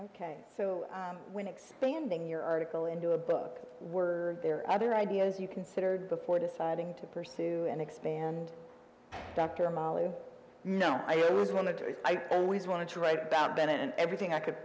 so when expanding your article into a book were there other ideas you considered before deciding to pursue and expand dr molly no i always wanted to i always wanted to write about bennett and everything i could